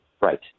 Right